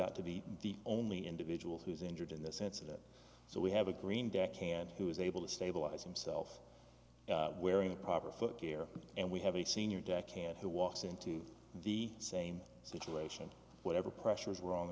out to be the only individual who's injured in this incident so we have a green deck hand who is able to stabilize himself wearing a proper foot care and we have a senior deck hand who walks into the same situation whatever pressures w